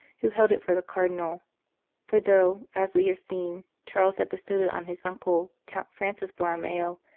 who held it for the cardinal for though, as we have seen, charles had bestowed it on his uncle, count francis borromeo,